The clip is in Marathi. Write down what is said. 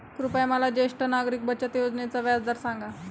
कृपया मला ज्येष्ठ नागरिक बचत योजनेचा व्याजदर सांगा